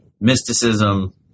mysticism